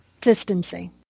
Distancing